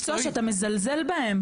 אנשי מקצוע שאתה מזלזל בהם.